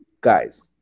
guys